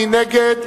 מי נגד?